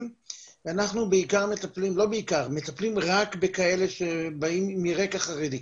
ואנחנו מטפלים רק בכאלה שבאים מרקע חרדי.